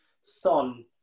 Son